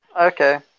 Okay